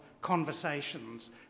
conversations